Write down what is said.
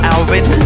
Alvin